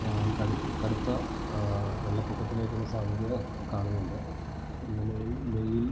കടുത്ത കടുത്ത വെള്ളപ്പൊക്കത്തിലേക്കുള്ള സാധ്യത കാണുന്നുണ്ട് നമ്മൾ മെയ്യിൽ